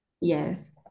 Yes